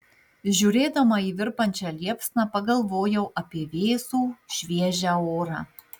žiūrėdama į virpančią liepsną pagalvojau apie vėsų šviežią orą